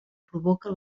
provoca